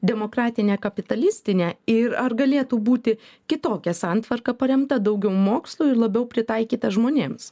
demokratinė kapitalistinė ir ar galėtų būti kitokia santvarka paremta daugiau mokslo ir labiau pritaikyta žmonėms